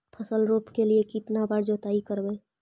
फसल रोप के लिय कितना बार जोतई करबय?